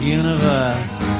universe